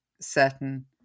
certain